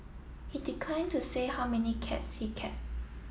he declined to say how many cats he kept